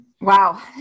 Wow